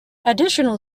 additional